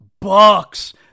Bucks